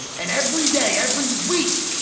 and every day, every week,